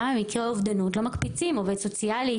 למה במקרה אובדנות לא מקפיצים עובד סוציאלי,